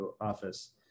office